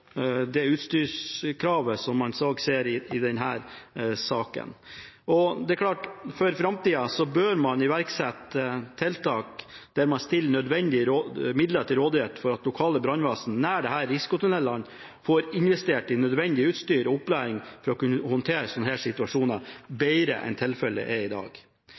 det utstyrskravet som man ser i denne saken. Det er klart at man for framtida bør iverksette tiltak der man stiller nødvendige midler til rådighet for at lokale brannvesen nær disse risikotunnelene får investert i nødvendig utstyr og opplæring for å kunne håndtere slike situasjoner bedre enn tilfellet er i dag.